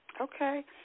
Okay